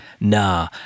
nah